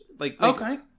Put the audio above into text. Okay